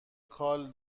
کال